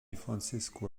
francesco